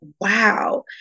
wow